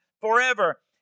forever